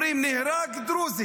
אומרים: נהרג דרוזי,